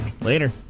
Later